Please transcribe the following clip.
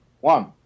one